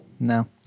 No